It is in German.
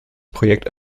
projekt